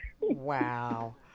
Wow